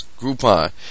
Groupon